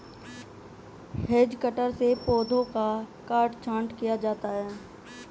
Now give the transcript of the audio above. hedge cutter से पौधों का काट छांट किया जाता है